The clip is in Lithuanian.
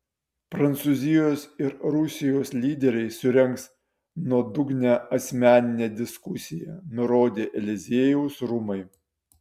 prancūzijos ir rusijos lyderiai surengs nuodugnią asmeninę diskusiją nurodė eliziejaus rūmai